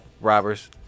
robbers